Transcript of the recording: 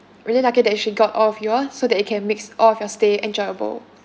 really lucky that she got all of you all so that you can makes all of your stay enjoyable